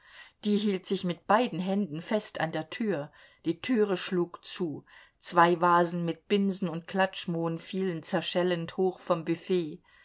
die hielt sich mit beiden händen fest an der tür die türe schlug zu zwei vasen mit binsen und klatschmohn fielen zerschellend hoch vom büfett